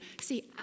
See